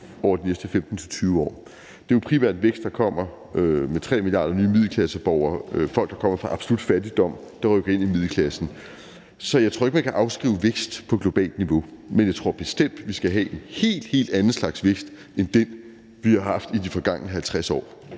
over de næste 15-20 år. Det er jo primært vækst, der kommer fra 3 milliarder nye middelklasseborgere, altså folk, der kommer fra absolut fattigdom, og som rykker ind i middelklassen. Så jeg tror ikke, at man kan afskrive vækst på globalt niveau, men jeg tror bestemt, at vi skal have en helt, helt anden slags vækst end den, vi har haft i de forgangne 50 år.